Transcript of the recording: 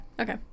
okay